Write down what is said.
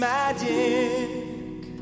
magic